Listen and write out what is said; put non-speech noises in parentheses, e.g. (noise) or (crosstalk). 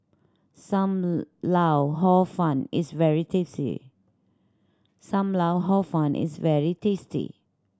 Sam (unintelligible) lau Hor Fun is very tasty Sam Lau Hor Fun is very tasty